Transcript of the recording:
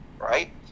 right